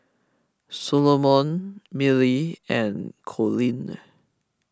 Salomon Millie and Coleen